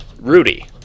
Rudy